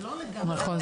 זה לא לגמרי --- נכון.